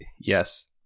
Yes